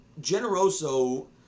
Generoso